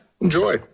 enjoy